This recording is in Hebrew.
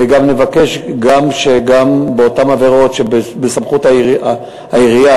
וגם נבקש שבאותן עבירות שבסמכות העירייה,